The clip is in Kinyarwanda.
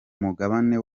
mugabane